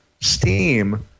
steam